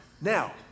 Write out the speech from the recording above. Now